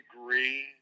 agree